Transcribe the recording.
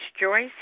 Joyce